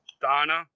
Donna